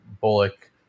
Bullock